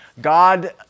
God